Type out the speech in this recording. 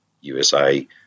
USA